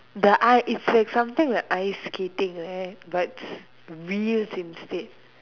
the I it's like something like ice skating like that but wheels instead